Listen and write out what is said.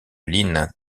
lynn